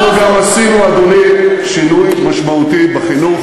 אנחנו גם עשינו, אדוני, שינוי משמעותי בחינוך.